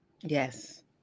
Yes